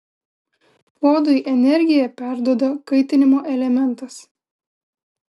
puodui energiją perduoda kaitinimo elementas